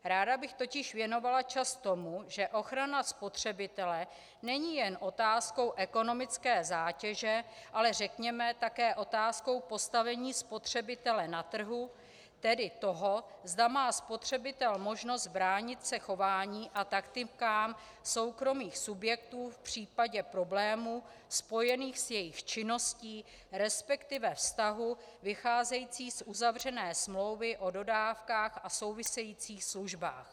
Ráda bych totiž věnovala čas tomu, že ochrana spotřebitele není jen otázkou ekonomické zátěže, ale řekněme také otázkou postavení spotřebitele na trhu, tedy toho, zda má spotřebitel možnost bránit se chování a taktikám soukromých subjektů v případě problémů spojených s jejich činností, resp. vztahů vycházejících z uzavřené smlouvy o dodávkách a souvisejících službách.